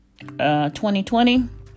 2020